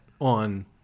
on